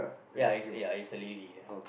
ya it's ya is a lady ya